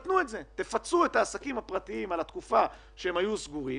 תפצו את העסקים הפרטיים על התקופה שהם היו סגורים